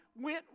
went